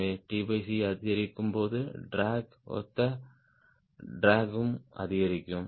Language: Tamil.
எனவே t c அதிகரிக்கும் போது ட்ராக் ஒத்த ட்ராக்ம் அதிகரிக்கும்